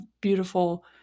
beautiful